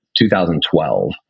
2012